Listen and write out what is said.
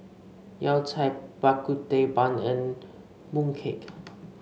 Yao Cai Bak Kut Teh bun and mooncake